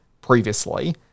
previously